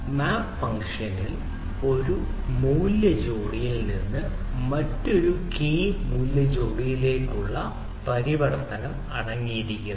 മാപ്പ് ഫംഗ്ഷനിൽ ഒരു കീ മൂല്യ ജോഡിയിൽ നിന്ന് മറ്റൊരു കീ മൂല്യ ജോഡിയിലേക്കുള്ള പരിവർത്തനം അടങ്ങിയിരിക്കുന്നു